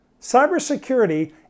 Cybersecurity